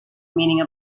meaning